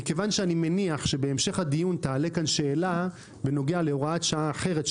מכיוון שאני מניח שבהמשך הדיון תעלה כאן שאלה בנוגע להוראת שעה אחרת,